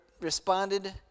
responded